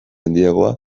handiagoa